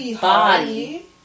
body